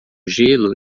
gelo